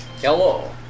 Hello